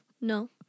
No